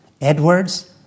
Edwards